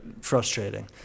frustrating